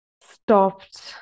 stopped